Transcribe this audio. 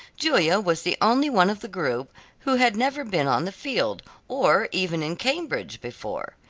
julia was the only one of the group who had never been on the field or even in cambridge before.